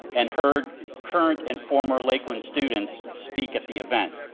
and heard current and former lakeland students speak at the event.